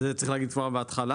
את זה צריך להגיד כבר בהתחלה.